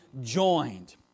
joined